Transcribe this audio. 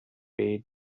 bade